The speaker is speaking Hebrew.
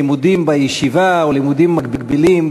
לימודים בישיבה או לימודים מקבילים,